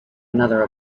another